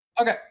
Okay